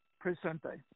presente